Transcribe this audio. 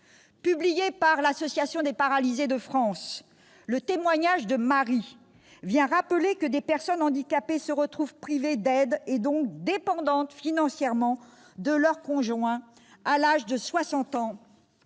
Publié par l'Association des paralysés de France, le témoignage de Marie vient rappeler que des personnes handicapées se retrouvent privées d'aides et donc dépendantes financièrement de leur conjoint à l'âge de soixante